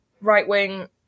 right-wing